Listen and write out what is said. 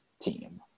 team